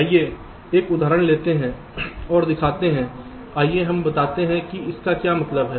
आइए एक उदाहरण लेते हैं और दिखाते हैं आइए हम बताते हैं कि इसका क्या मतलब है